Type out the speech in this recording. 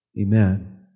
amen